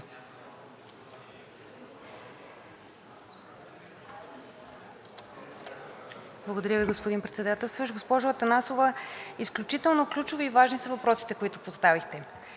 Благодаря Ви, господин Председателстващ. Госпожо Атанасова, изключително ключови и важни са въпросите, които поставихте.